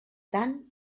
tant